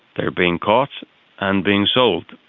they are being caught and being sold.